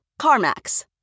CarMax